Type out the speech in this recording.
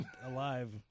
alive